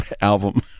album